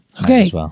okay